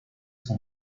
son